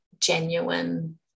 genuine